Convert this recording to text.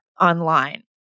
online